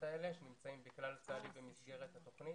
האלה שנמצאים בכלל צה"לי במסגרת התוכנית?